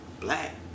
black